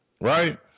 right